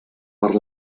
per